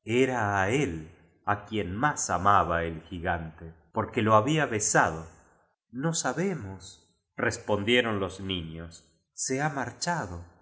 á él á quien más amaba el gigante porque lo había besado no sabemos respondieron los ni ños se ha marchado